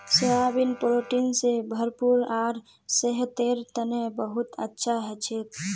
soybean protein स भरपूर आर सेहतेर तने बहुत अच्छा हछेक